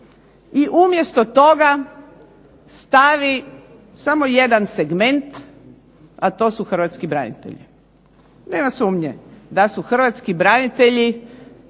i umjesto toga stavi samo jedan segment a to su Hrvatski branitelji. Nema sumnje da su Hrvatski branitelji